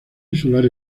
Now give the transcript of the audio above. insular